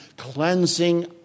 cleansing